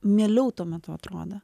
mieliau tuo metu atrodė